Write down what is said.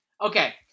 okay